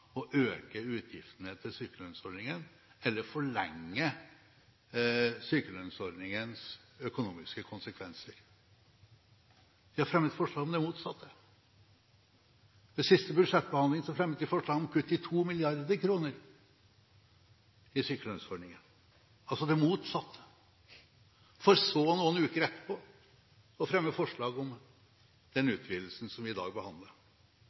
å øke utgiftene til sykelønnsordningen eller forlenge sykelønnsordningens økonomiske konsekvenser. De har fremmet forslag om det motsatte. Ved siste budsjettbehandling fremmet de forslag om kutt på 2 mrd. kr i sykelønnsordningen – altså det motsatte – for så noen uker etterpå å fremme forslag om den utvidelsen som vi behandler i dag.